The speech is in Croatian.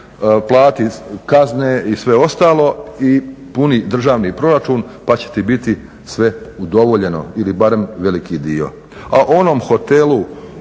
plati kazne i sve ostalo i puni državni proračun pa će ti biti sve udovoljeno ili barem veliki dio.